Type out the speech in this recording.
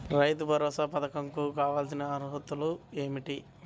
రైతు భరోసా పధకం కు కావాల్సిన అర్హతలు ఏమిటి?